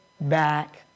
back